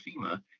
FEMA